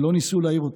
ולא ניסו להעיר אותו.